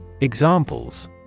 Examples